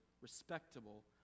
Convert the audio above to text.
respectable